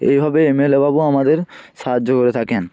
এইভাবে M L A বাবু আমাদের সাহায্য করে থাকেন